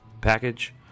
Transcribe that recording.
package